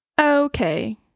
Okay